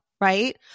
right